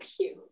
cute